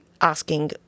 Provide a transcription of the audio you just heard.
asking